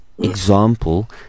example